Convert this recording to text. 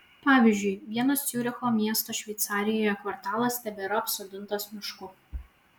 pavyzdžiui vienas ciuricho miesto šveicarijoje kvartalas tebėra apsodintas mišku